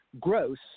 gross